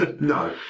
No